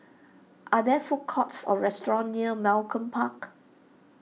are there food courts or restaurants near Malcolm Park